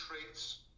traits